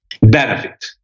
benefit